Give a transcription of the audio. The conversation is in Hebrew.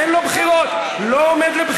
אין לו בחירות, הוא לא עומד לבחירה.